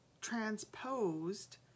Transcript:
transposed